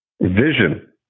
Vision